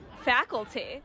faculty